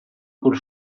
col